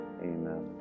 Amen